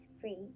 free